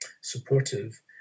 supportive